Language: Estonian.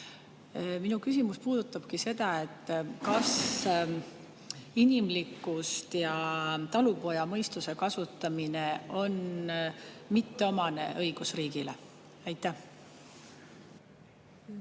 Minu küsimus puudutabki seda: kas inimlikkuse ja talupojamõistuse kasutamine on mitteomane õigusriigile? Aitäh,